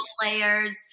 players